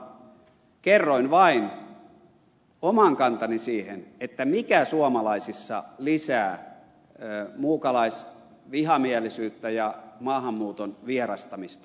kerroin vain oman kantani siihen mikä suomalaisissa lisää muukalaisvihamielisyyttä ja maahanmuuton vierastamista